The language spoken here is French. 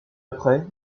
après